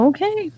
Okay